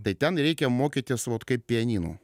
tai ten reikia mokytis vot kaip pianinu